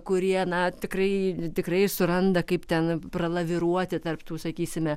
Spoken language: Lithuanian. kurie na tikrai tikrai suranda kaip ten pralaviruoti tarp tų sakysime